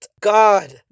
God